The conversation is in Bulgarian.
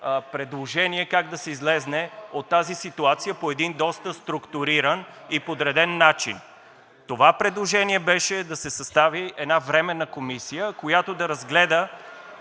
предложение как да се излезе от тази ситуация по един доста структуриран и подреден начин. Това предложение беше да се състави една временна комисия (шум и реплики),